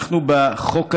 אנחנו בחוק הזה,